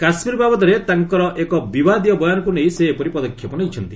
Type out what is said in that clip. କାଶ୍ମୀର ବାବଦରେ ତାଙ୍କର ଏକ ବିବାଦୀୟ ବୟାନକୁ ନେଇ ସେ ଏପରି ପଦକ୍ଷେପ ନେଇଛନ୍ତି